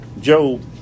Job